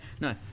No